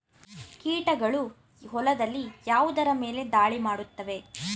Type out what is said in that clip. ಕೀಟಗಳು ಹೊಲದಲ್ಲಿ ಯಾವುದರ ಮೇಲೆ ಧಾಳಿ ಮಾಡುತ್ತವೆ?